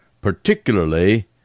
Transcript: particularly